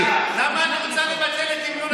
אני קוראת לנציגים של כחול לבן,